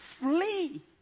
Flee